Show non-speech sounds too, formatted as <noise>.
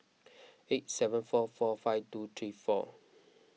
<noise> eight seven four four five two three four